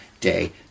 day